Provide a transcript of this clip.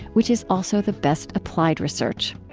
which is also the best applied research.